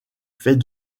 fait